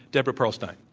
deborah pearlstein.